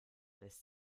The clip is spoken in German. lässt